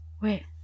Wait